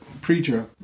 Preacher